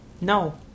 No